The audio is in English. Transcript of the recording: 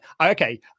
Okay